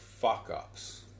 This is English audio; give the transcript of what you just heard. fuck-ups